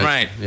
Right